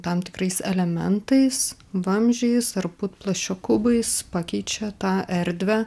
tam tikrais elementais vamzdžiais ar putplasčio kubais pakeičia tą erdvę